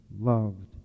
loved